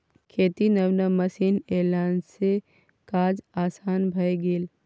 खेतीक नब नब मशीन एलासँ काज आसान भए गेल